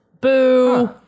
Boo